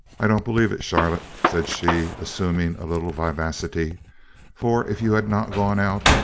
i don't believe it, charlotte, said she, assuming a little vivacity for if you had not gone out,